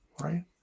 Right